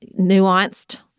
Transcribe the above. nuanced